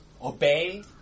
Obey